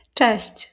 Cześć